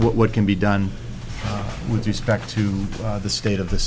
what can be done with respect to the state of the